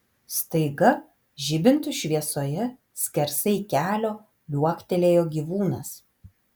staiga žibintų šviesoje skersai kelio liuoktelėjo gyvūnas